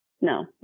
No